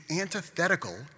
antithetical